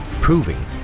proving